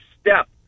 step